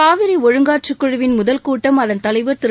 காவிரி ஒழுங்காற்று குழுவிள் முதல் கூட்டம் அதன் தலைவர் திரு